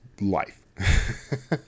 life